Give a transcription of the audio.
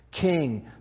King